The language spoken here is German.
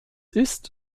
ist